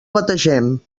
bategem